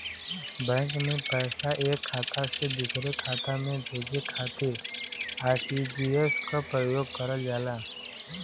bank में पैसा एक खाता से दूसरे खाता में भेजे खातिर आर.टी.जी.एस क प्रयोग करल जाला